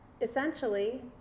essentially